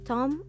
Tom